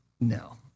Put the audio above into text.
No